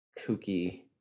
kooky